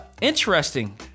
interesting